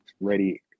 ready